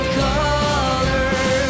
color